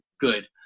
good